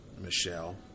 michelle